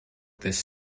this